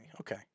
Okay